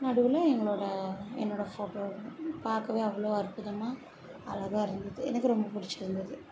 நடுவில் எங்களோடய என்னோடய ஃபோட்டோ பார்க்கவே அவ்வளோ அற்புதமாக அழகா இருந்தது எனக்கு ரொம்ப பிடிச்சி இருந்தது